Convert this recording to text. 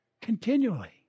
continually